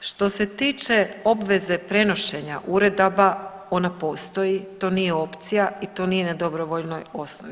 Što se tiče obveze prenošenja uredaba ona postoji, to nije opcija i to nije na dobrovoljnoj osnovi.